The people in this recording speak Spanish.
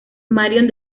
marion